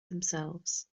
themselves